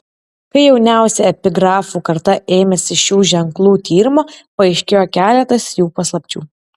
kai jauniausia epigrafų karta ėmėsi šių ženklų tyrimo paaiškėjo keletas jų paslapčių